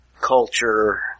culture